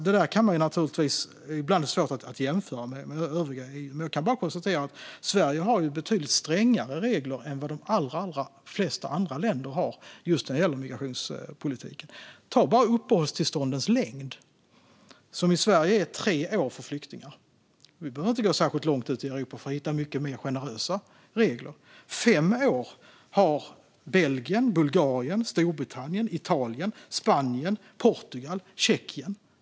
Det är ibland svårt att jämföra med övriga EU, men jag kan bara konstatera att Sverige har betydligt strängare regler än vad de allra flesta andra länder har just när det gäller migrationspolitiken. Ta bara uppehållstillståndens längd! De är i Sverige tre år för flyktingar. Vi behöver inte gå särskilt långt ut i Europa för att hitta mycket mer generösa regler. Fem år har Belgien, Bulgarien, Storbritannien, Italien, Spanien, Portugal och Tjeckien.